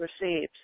received